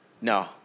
No